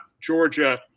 Georgia